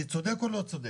אני צודק או לא צודק?